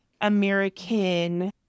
american